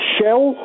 Shell